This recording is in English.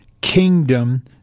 kingdom